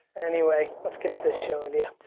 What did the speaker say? anyway. let's get into the show, india.